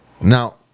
Now